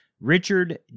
Richard